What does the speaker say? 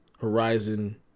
Horizon